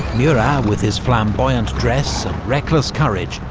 murat, with his flamboyant dress and reckless courage,